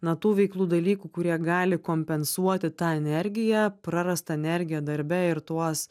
na tų veiklų dalykų kurie gali kompensuoti tą energiją prarastą energiją darbe ir tuos